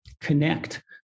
connect